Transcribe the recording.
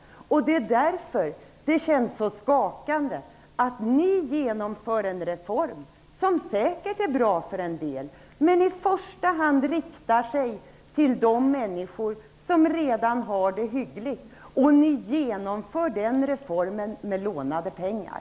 Det är därför det känns så skakande att ni genomför en reform som säkert är bra för en del, men som i första hand riktar sig till de människor som redan har det hyggligt. Ni genomför den reformen med lånade pengar.